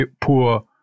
poor